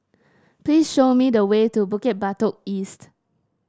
please show me the way to Bukit Batok East